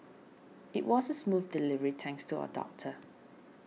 it was a smooth delivery thanks to our doctor